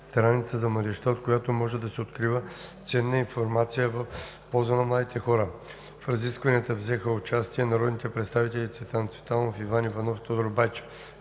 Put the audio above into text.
страница за младежта, от която може да се открива ценна информация в полза на младите хора. В разискванията взеха участие народните представители Цветан Цветанов, Иван Иванов и Тодор Байчев.